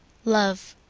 love.